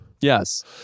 Yes